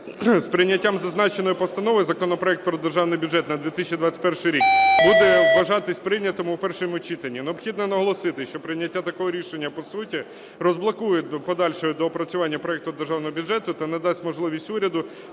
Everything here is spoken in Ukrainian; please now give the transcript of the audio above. З прийняттям зазначеної постанови законопроект про Державний бюджет на 2021 рік буде вважатися прийнятим у першому читанні. Необхідно наголосити, що прийняття такого рішення по суті розблокує подальше доопрацювання проекту державного бюджету та надасть можливість уряду